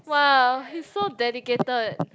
!wow! he's so dedicated